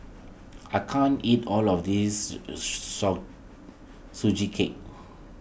I can't eat all of this Sugee Cake